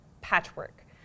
patchwork